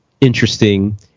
interesting